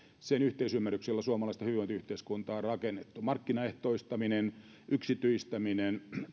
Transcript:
sen yhteisymmärryksen jolla suomalaista hyvinvointiyhteiskuntaa on rakennettu markkinaehtoistaminen yksityistäminen